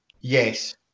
Yes